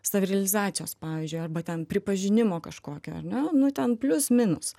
savirealizacijos pavyzdžiui arba ten pripažinimo kažkokio ar ne nu ten plius minus